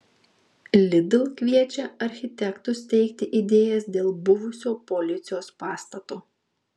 lidl kviečia architektus teikti idėjas dėl buvusio policijos pastato